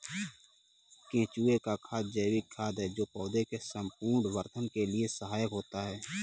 केंचुए का खाद जैविक खाद है जो पौधे के संपूर्ण वर्धन के लिए सहायक होता है